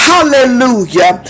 Hallelujah